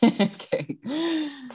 Okay